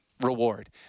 reward